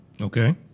Okay